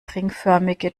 ringförmige